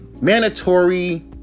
mandatory